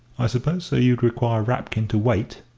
i suppose, sir, you would require rapkin to wait?